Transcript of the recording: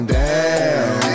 down